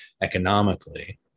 Economically